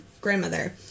grandmother